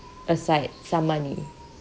aside some money